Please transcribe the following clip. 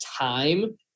time